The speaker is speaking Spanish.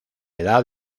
edad